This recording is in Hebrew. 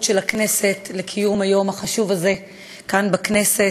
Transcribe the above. של הכנסת לקיום היום החשוב הזה כאן בכנסת.